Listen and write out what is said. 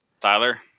Tyler